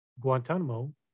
Guantanamo